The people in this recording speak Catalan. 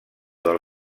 del